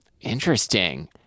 Interesting